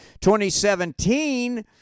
2017